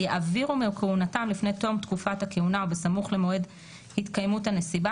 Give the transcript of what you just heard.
יעבירו מכהונתו לפני תום תקופת הכהונה ובסמוך למועד התקיימות הנסיבה,